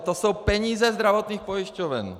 To jsou peníze zdravotních pojišťoven.